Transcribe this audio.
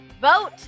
Vote